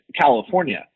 California